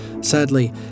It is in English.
sadly